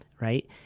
right